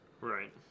Right